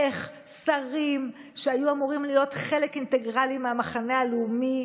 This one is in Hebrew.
איך שרים שהיו אמורים להיות חלק אינטגרלי מהמחנה הלאומי,